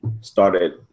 started